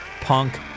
Punk